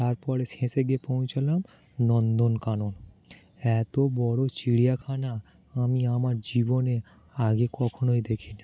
তারপরে শেষে গিয়ে পৌঁছালাম নন্দন কানন এতো বড়ো চিড়িয়াখানা আমি আমার জীবনে আগে কখনো দেখি নি